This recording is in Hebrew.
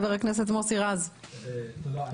חבר הכנסת מוסי רז, בבקשה.